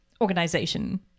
organization